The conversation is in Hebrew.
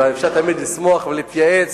ותמיד אפשר לסמוך ולהתייעץ.